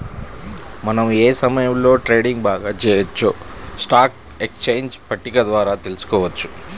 మనం ఏ సమయంలో ట్రేడింగ్ బాగా చెయ్యొచ్చో స్టాక్ ఎక్స్చేంజ్ పట్టిక ద్వారా తెలుసుకోవచ్చు